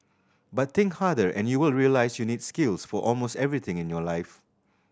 but think harder and you will realise you need skills for almost everything in your life